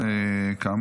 כאמור,